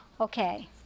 Okay